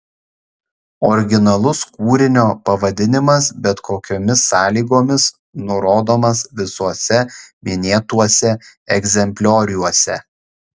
originalus kūrinio pavadinimas bet kokiomis sąlygomis nurodomas visuose minėtuose egzemplioriuose